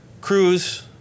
Cruz